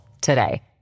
today